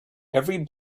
every